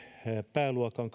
pääluokan